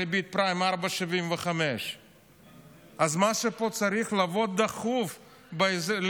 בריבית פריים של 4.75%. אז מה שצריך פה זה לבוא דחוף לעזרת